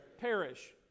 Perish